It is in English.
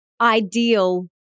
ideal